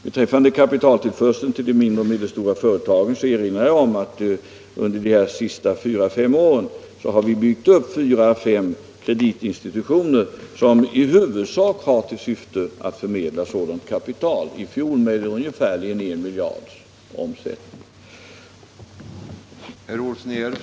Beträffande kapitaltillförseln till de mindre och medelstora företagen erinrar jag om att under de senaste fyra fem åren har vi byggt upp ett flertal kreditinstitutioner som i huvudsak har till syfte att förmedla kapital till sådana företag. I fjol var kapitalöverföringen ungefär 1 miljard.